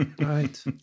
Right